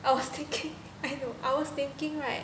I was thinking I know I was thinking right